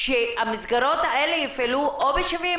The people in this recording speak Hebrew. אז במקום לתגבר אותם כדי שיאתרו את הנוער שמסתובב בחוץ,